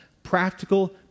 Practical